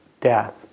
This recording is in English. death